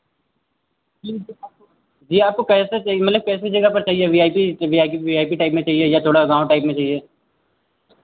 जी तो आपको जी आपको कैसा चाहिए मतलब कैसे जगह पर चाहिए वी आइ पी तो V I P V I P type में चाहिए या थोड़ा गाँव टाइप में चाहिए